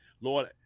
Lord